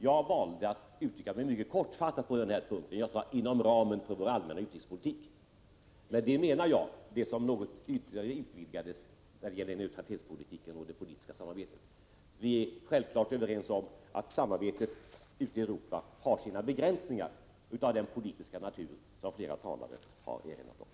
Jag valde att uttrycka mig mycket kortfattat på den punkten och sade ”utökat samarbete inom ramen för vår allmänna utrikespolitik”. Med det menar jag neutralitetspolitiken och det politiska samarbetet. Vi är naturligtvis överens om att samarbetet ute i Europa har sina begränsningar av den politiska natur som flera talare har erinrat om.